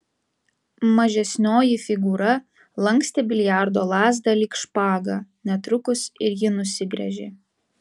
mažesnioji figūra lankstė biliardo lazdą lyg špagą netrukus ir ji nusigręžė